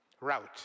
route